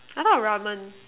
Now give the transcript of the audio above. I thought ramen